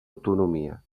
autonomia